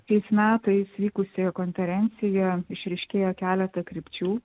šiais metais vykusioje konferencijo išryškėjo keleta krypčių